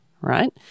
right